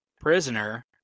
prisoner